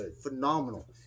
phenomenal